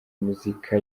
muzika